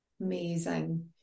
amazing